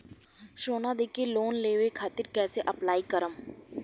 सोना देके लोन लेवे खातिर कैसे अप्लाई करम?